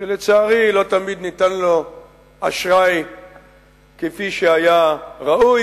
שלצערי לא תמיד ניתן לו במקומותינו אשראי כפי שהיה ראוי,